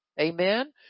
Amen